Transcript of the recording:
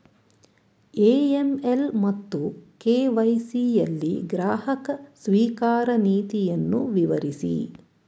AML ಮತ್ತು KYC ಯಲ್ಲಿ ಗ್ರಾಹಕ ಸ್ವೀಕಾರ ನೀತಿಯನ್ನು ವಿವರಿಸಿ?